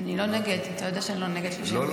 אני לא נגד, אתה יודע שאני לא נגד תלושי מזון.